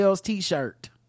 t-shirt